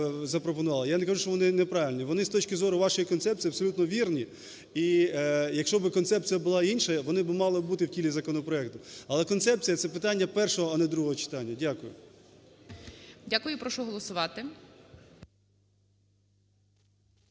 Я не кажу, що вони неправильні, вони з точки зору вашої концепції абсолютно вірні, і якщо би концепція була інша, вони би мали бути в тілі законопроекту. Але концепція – це питання першого, а не другого читання. Дякую. ГОЛОВУЮЧИЙ. Дякую. Прошу голосувати.